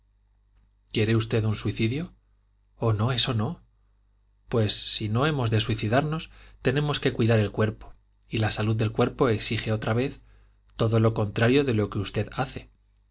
quiere usted un suicidio oh no eso no pues si no hemos de suicidarnos tenemos que cuidar el cuerpo y la salud del cuerpo exige otra vez todo lo contrario de lo que usted hace